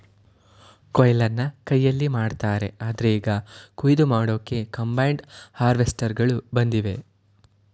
ಕೊಯ್ಲನ್ನ ಕೈಯಲ್ಲಿ ಮಾಡ್ತಾರೆ ಆದ್ರೆ ಈಗ ಕುಯ್ಲು ಮಾಡೋಕೆ ಕಂಬೈನ್ಡ್ ಹಾರ್ವೆಸ್ಟರ್ಗಳು ಬಂದಿವೆ